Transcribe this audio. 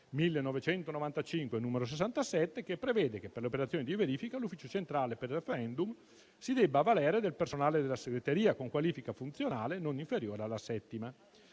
1995, n. 67, che prevede che per le operazioni di verifica l'Ufficio centrale per il referendum si debba avvalere del personale della segreteria con qualifica funzionale non inferiore alla settima.